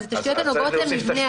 אבל אלה "תשתיות הנוגעות למבנה",